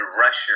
Russia